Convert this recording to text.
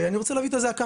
ואני רוצה להביא את הזעקה,